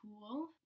tool